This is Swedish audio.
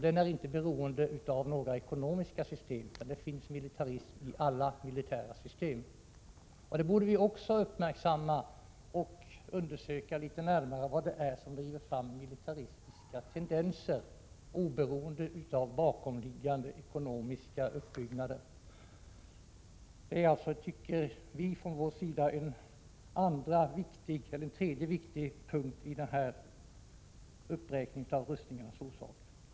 Den är inte beroende av några ekonomiska system, utan militarism finns i alla militära system. Vi borde också uppmärksamma och undersöka litet närmare vad det är som driver fram militaristiska tendenser, oberoende av bakomliggande ekonomiska strukturer. Detta är, tycker vi från vår sida, den tredje viktiga punkten i uppräkningen av rustningarnas orsaker.